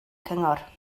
cyngor